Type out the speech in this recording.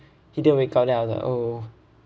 he didn't wake up then I was like oh